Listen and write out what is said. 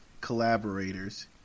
collaborators –